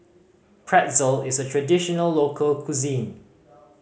pretzel is a traditional local cuisine